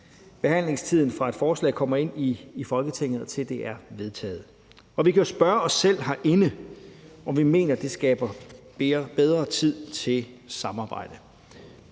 behandlingstiden, fra et forslag kommer ind i Folketinget, til det er vedtaget. Vi kan jo spørge os selv herinde, om vi mener, det skaber bedre tid til samarbejde.